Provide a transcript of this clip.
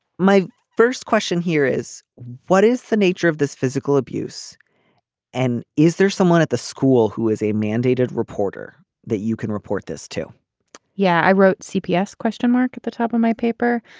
my first question here is what is the nature of this physical abuse and is there someone at the school who is a mandated reporter that you can report this to yeah i wrote cps question mark at the top of my paper.